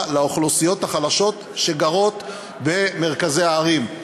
לאוכלוסיות החלשות שגרות במרכזי הערים.